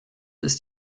ist